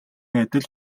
адил